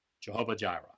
Jehovah-Jireh